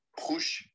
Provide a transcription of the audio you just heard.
push